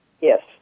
Yes